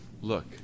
Look